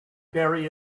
bury